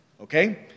okay